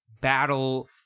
battle